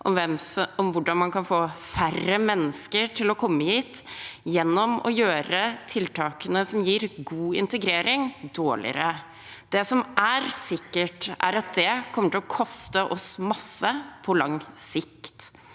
om hvordan man kan få færre mennesker til å komme hit gjennom å gjøre tiltakene som gir god integrering, dårligere. Det som er sikkert, er at det kommer til å koste oss masse på lang sikt.